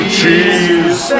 cheese